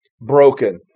broken